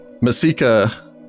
Masika